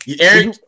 Eric